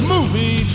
Movie